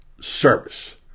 service